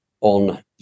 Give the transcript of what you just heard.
on